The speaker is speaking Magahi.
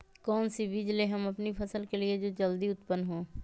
कौन सी बीज ले हम अपनी फसल के लिए जो जल्दी उत्पन हो?